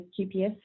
QPS